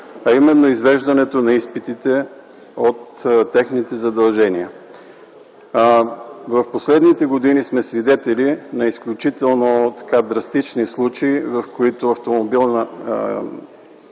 а именно извеждането на изпитите от техните задължения. В последните години сме свидетели на изключително драстични случаи, в които автомобил на